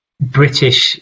British